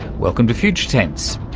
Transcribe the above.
welcome to future tense.